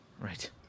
Right